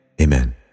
amen